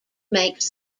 makes